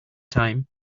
time